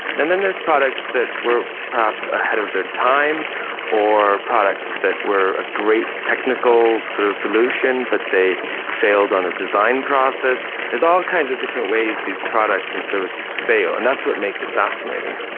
then then there's products that were perhaps ahead of their time or products that were a great technical sort of solution but they failed on a design process. there's all kinds of different ways these products and services fail, and that's what makes it fascinating.